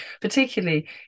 particularly